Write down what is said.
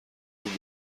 خوب